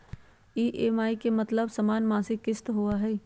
EMI के मतलब समान मासिक किस्त होहई?